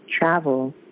travel